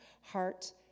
heart